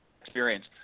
experience